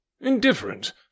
Indifferent